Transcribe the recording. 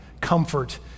comfort